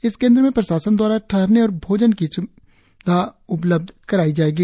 इस केंद्र में प्रशासन दवारा ठहरने और भोजन की स्विधा उपलब्ध कराई जायेगी